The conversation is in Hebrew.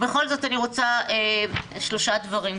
בכל זאת אני רוצה שלושה דברים קצרים.